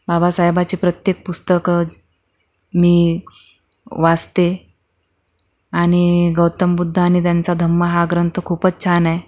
बाबासाहेबाची प्रत्येक पुस्तकं मी वाचते आणि गौतम बुद्ध आणि त्यांचा धम्म हा ग्रंथ खूपच छान आहे